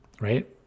right